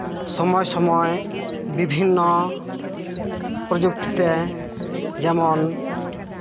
ᱥᱚᱢᱚᱭ ᱥᱚᱢᱚᱭ ᱵᱤᱵᱷᱤᱱᱱᱚ ᱯᱨᱚᱡᱩᱠᱛᱤ ᱛᱮ ᱡᱮᱢᱚᱱ